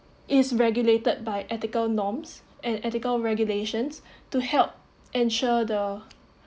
is regulated by ethical norms and ethical regulations to help ensure the